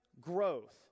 growth